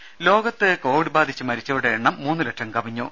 രുഭ ലോകത്ത് കൊവിഡ് ബാധിച്ച് മരിച്ചവരുടെ എണ്ണം മൂന്ന് ലക്ഷം കവിഞ്ഞു